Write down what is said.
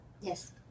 Yes